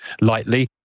lightly